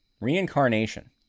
reincarnation